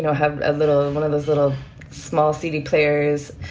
know, have a little one of those little small cd players.